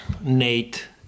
Nate